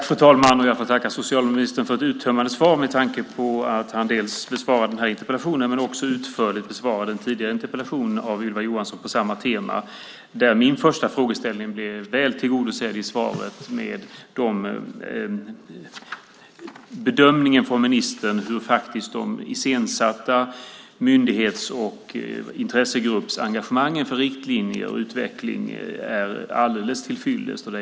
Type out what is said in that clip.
Fru talman! Jag tackar socialministern för ett uttömmande svar, med tanke på att han besvarar den här interpellationen och utförligt besvarade den tidigare interpellationen av Ylva Johansson på samma tema. Min första fråga blev väl tillgodosedd i svaret med bedömningen från ministern om hur de iscensatta myndighets och intressegruppsengagemangen för riktlinjer och utveckling är alldeles tillfyllest.